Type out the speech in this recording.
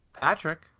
Patrick